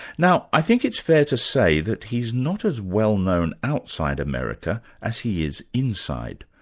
now i think it's fair to say that he's not as well-known outside america as he is inside,